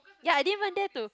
ya I didn't even dare to